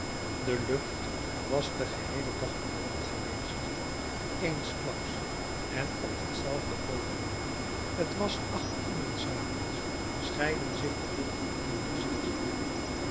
de lucht was den geheelen dag bewolkt geweest eensklaps en op ditzelfde oogenblik t was acht uren s avonds scheidden zich de wolken aan den gezichteinder